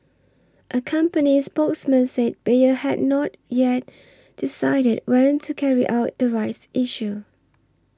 a company spokesman say Bayer had not yet decided when to carry out the rights issue